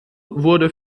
wurde